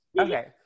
Okay